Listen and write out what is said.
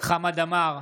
חמד עמאר,